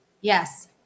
Yes